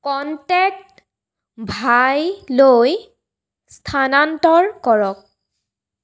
contact ভাইলৈ স্থানান্তৰ কৰক